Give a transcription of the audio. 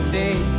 day